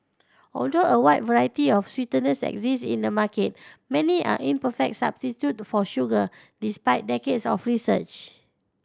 although a wide variety of sweeteners exist in the market many are imperfect substitute for sugar despite decades of research